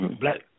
black